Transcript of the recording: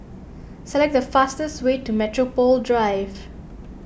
select the fastest way to Metropole Drive